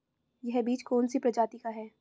यह बीज कौन सी प्रजाति का है?